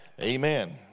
Amen